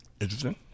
Interesting